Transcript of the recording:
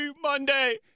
Monday